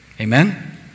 Amen